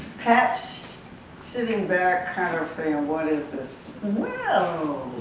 perhaps sitting back kind of saying and what is this? well,